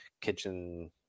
kitchen